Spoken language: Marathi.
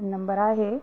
नंबर आहे